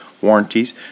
warranties